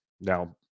Now